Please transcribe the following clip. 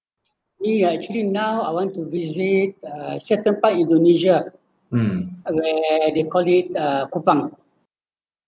we are actually now I want to visit uh certain part indonesia where they call it uh kupang